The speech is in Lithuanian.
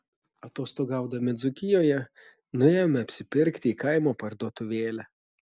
atostogaudami dzūkijoje nuėjome apsipirkti į kaimo parduotuvėlę